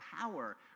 power